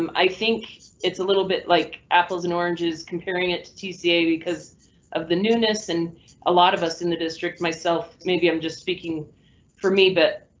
um i think it's a little bit like apples and oranges. comparing it to tuesday because of the newness and a lot of us in the district myself. maybe i'm just speaking for me, but